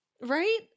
right